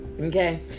Okay